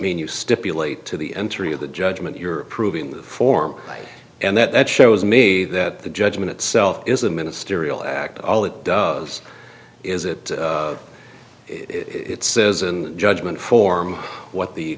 mean you stipulate to the entry of the judgement you're proving form and that shows me that the judgment itself is a ministerial act all it does is it it says and judgment form what the